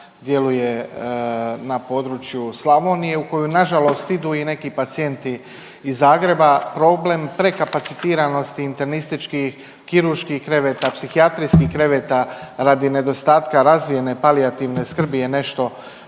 na području Slavonije u koju na žalost idu i neki pacijenti iz Zagreba. Problem prekapacitiranosti internističkih, kirurških kreveta, psihijatrijskih kreveta radi nedostatka razvijene palijativne skrbi je nešto